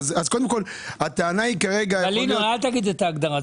אל תגיד את ההגדרה,